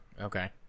okay